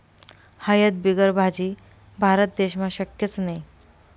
हयद बिगर भाजी? भारत देशमा शक्यच नही